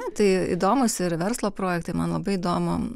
ne tai įdomūs ir verslo projektai man labai įdomu